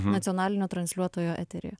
nacionalinio transliuotojo eteryje